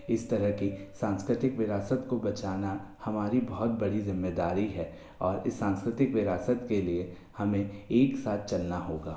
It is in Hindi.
इस तरह कि सांस्कृतिक विरासत को बचाना हमारी बहुत बड़ी ज़िम्मेदारी है और इस सांस्कृतिक विरासत के लिए हमें एक साथ चलना होगा